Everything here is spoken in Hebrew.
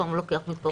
לפעמים הוא לוקח מפה,